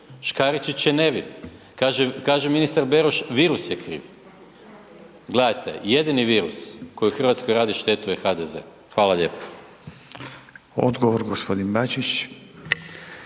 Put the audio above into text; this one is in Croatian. Škaričić je nevin. Kaže ministar Beroš, virus je kriv. Gledajte, jedini virus koji u Hrvatskoj radi štetu je HDZ. Hvala lijepo. **Radin, Furio